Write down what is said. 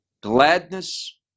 gladness